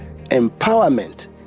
empowerment